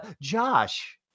josh